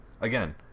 Again